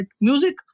music